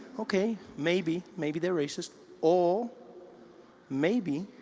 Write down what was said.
okay, maybe maybe they are racist or maybe